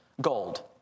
gold